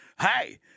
Hey